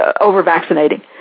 over-vaccinating